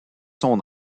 son